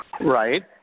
Right